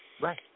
Right